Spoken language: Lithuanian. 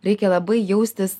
reikia labai jaustis